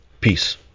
Peace